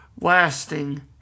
lasting